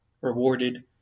rewarded